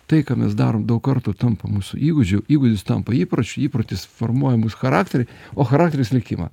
tai ką mes darom daug kartų tampa mūsų įgūdžiu įgūdis tampa įpročiu įprotis formuoja mūsų charakterį o charakteris likimą